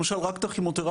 למשל רק את הכימותרפיה,